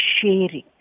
sharing